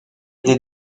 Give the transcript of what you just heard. des